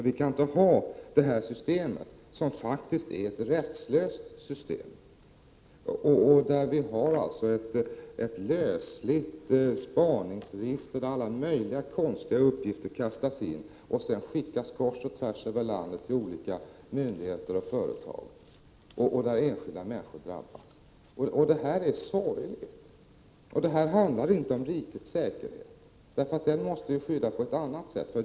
Vi kan inte ha detta system som faktiskt är ett rättslöst system, med ett lösligt spaningsregister där alla möjliga konstiga uppgifter kastas in och sedan skickas kors och tvärs över landet till olika myndigheter och företag och leder till att enskilda människor drabbas. Det är sorgligt. Det handlar inte om rikets säkerhet. Den måste vi skydda på ett annat sätt.